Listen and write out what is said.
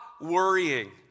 worrying